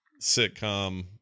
sitcom